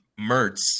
Mertz